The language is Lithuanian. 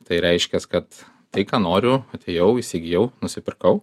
tai reiškias kad tai ką noriu atėjau įsigijau nusipirkau